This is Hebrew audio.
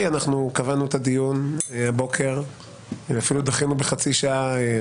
קבענו את הדיון להבוקר ודחינו אותו בחצי שעה.